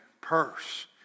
purse